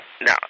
No